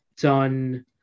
done